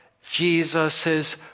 Jesus